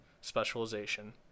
specialization